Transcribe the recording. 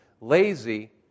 Lazy